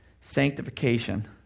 sanctification